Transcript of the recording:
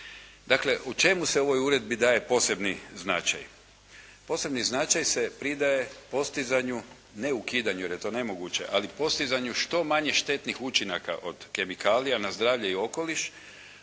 Dakle u čemu se ovoj uredbi daje posebni značaj? Posebni značaj se pridaje postizanju, ne ukidanju jer je to nemoguće, ali postizanju što manjih štetnih učinaka od kemikalija na zdravlje i okoliš,